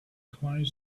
client